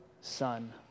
son